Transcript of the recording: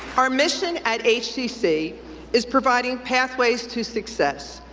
our mission at hcc is providing pathways to success,